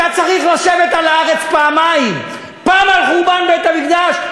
אתה צריך לשבת על הארץ פעמיים: פעם על חורבן בית-המקדש,